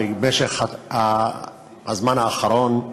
ובזמן האחרון,